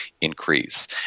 increase